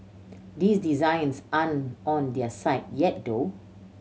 these designs aren't on their site yet though